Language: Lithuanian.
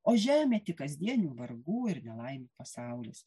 o žemė tik kasdienių vargų ir nelaimių pasaulis